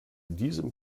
diesem